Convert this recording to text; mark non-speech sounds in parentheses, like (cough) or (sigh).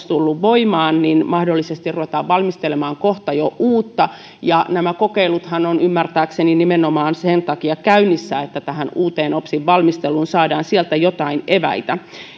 (unintelligible) tullut voimaan niin mahdollisesti ruvetaan valmistelemaan kohta jo uutta ja nämä kokeiluthan ovat ymmärtääkseni nimenomaan sen takia käynnissä että tähän uuden opsin valmisteluun saadaan sieltä jotain eväitä